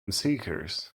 seekers